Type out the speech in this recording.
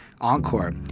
Encore